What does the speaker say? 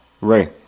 Ray